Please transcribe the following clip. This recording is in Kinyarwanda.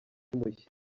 mushya